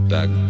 Back